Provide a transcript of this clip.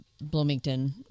bloomington